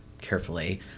carefully